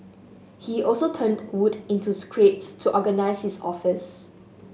he also turned wood into crates to organise his office